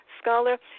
scholar